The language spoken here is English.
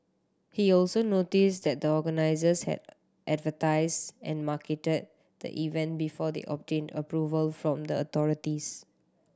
he also notes that the organisers had advertise and marketed the event before they obtained approval from the authorities